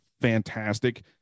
fantastic